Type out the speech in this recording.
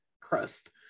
crust